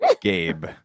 Gabe